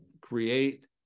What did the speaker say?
create